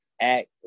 Act